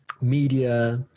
media